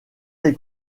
des